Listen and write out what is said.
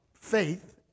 faith